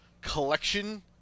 collection